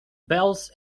bells